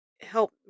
help